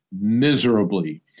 miserably